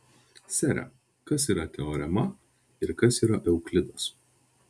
sere kas yra teorema ir kas yra euklidas